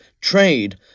trade